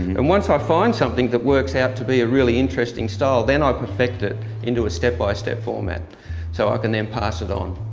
and once i've find something that works out to be a really interesting style, then i perfect it into a step by step format so i ah can then pass it on.